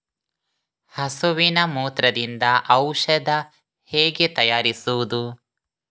ಹಸುವಿನ ಮೂತ್ರದಿಂದ ಔಷಧ ಹೇಗೆ ತಯಾರಿಸುವುದು?